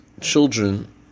children